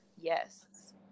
yes